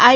આઈ